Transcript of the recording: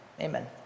amen